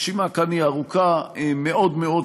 הרשימה כאן היא ארוכה מאוד מאוד,